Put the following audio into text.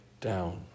down